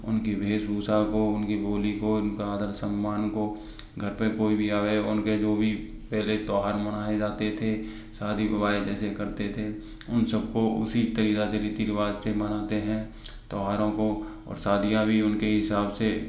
उनकी वेशभूषा को उनकी बोली को उनका आदर सम्मान को घर पर कोई भी आए गया उनके जो भी पहले त्योहार मनाए जाते थे शादी विवाह जैसे करते थे उन सबको उसी तरह रीति रिवाज से मनाते हैं त्योहारों को और शादियाँ भी उनके ही हिसाब से